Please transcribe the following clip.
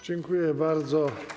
Dziękuję bardzo.